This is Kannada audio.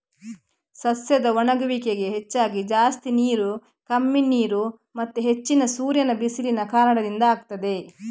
ಸಸ್ಯದ ಒಣಗುವಿಕೆಗೆ ಹೆಚ್ಚಾಗಿ ಜಾಸ್ತಿ ನೀರು, ಕಮ್ಮಿ ನೀರು ಮತ್ತೆ ಹೆಚ್ಚಿನ ಸೂರ್ಯನ ಬಿಸಿಲಿನ ಕಾರಣದಿಂದ ಆಗ್ತದೆ